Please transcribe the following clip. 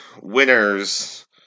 winners